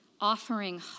offering